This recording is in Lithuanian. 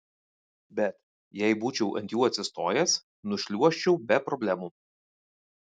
bet jei būčiau ant jų atsistojęs nušliuožčiau be problemų